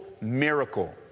miracle